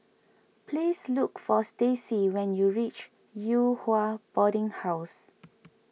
please look for Stacey when you reach Yew Hua Boarding House